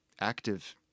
active